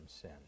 sin